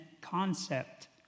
concept